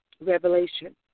Revelation